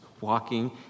walking